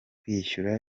kwishyura